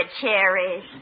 cherries